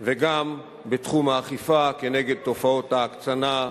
וגם בתחום האכיפה כנגד תופעות ההקצנה,